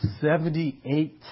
Seventy-eight